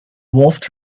wolfed